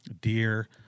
deer